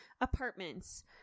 apartments